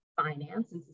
finance